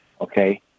Okay